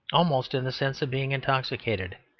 almost in the sense of being intoxicated,